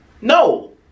no